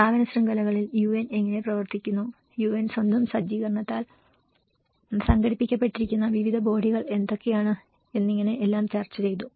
സ്ഥാപന ശൃംഖലകളിൽ യുഎൻ എങ്ങനെ പ്രവർത്തിക്കുന്നു യുഎൻ സ്വന്തം സജ്ജീകരണത്താൽ സംഘടിപ്പിക്കപ്പെട്ടിരിക്കുന്ന വിവിധ ബോഡികൾ ഏതൊക്കെയാണ് എന്നിങ്ങനെ എല്ലാം ചർച്ച ചെയ്തു